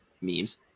memes